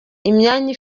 imyanya